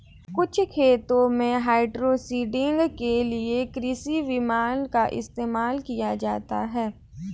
कुछ खेतों में हाइड्रोसीडिंग के लिए कृषि विमान का इस्तेमाल किया जाता है